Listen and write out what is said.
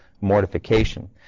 mortification